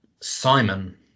Simon